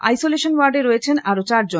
isolation ওয়ার্ডে রয়েছেন আরো চারজন